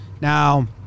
Now